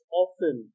often